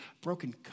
broken